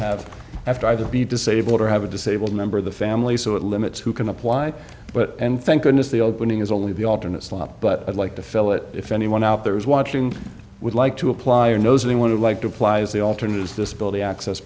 have after either be disabled or have a disabled member of the family so it limits who can apply but and thank goodness the opening is only the alternate slot but i'd like to fill it if anyone out there is watching would like to apply or knows anyone would like to apply is the alternate is this ability access